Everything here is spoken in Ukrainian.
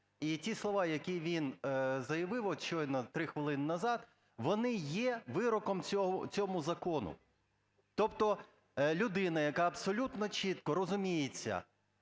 І ті слова, які він заявив от щойно, 3 хвилини назад, вони є вироком цьому закону. Тобто людина, яка абсолютно чітко розуміється